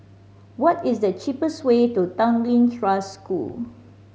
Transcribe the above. what is the cheapest way to Tanglin Trust School